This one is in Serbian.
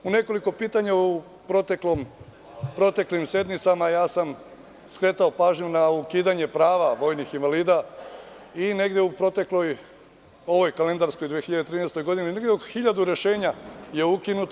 U nekoliko pitanja u proteklim sednicama ja sam skretao pažnju na ukidanje prava vojnih invalida i negde u protekloj ovoj kalendarskoj 2013. godini hiljadu rešenja je ukinuto.